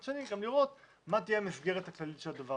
מצד שני גם לראות מה תהיה המסגרת הכללית של הדבר